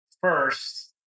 first